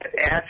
ask